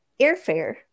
airfare